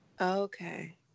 Okay